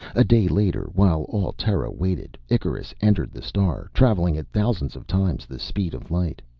a day later, while all terra waited, icarus entered the star, traveling at thousands of times the speed of light.